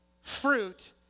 fruit